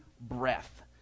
breath